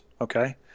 okay